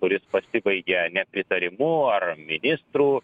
kuris pasibaigia nepritarimu ar ministrų